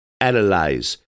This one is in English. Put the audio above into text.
analyze